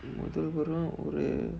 மொதல் வரம் ஒரு:mothal varam oru